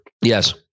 Yes